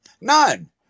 none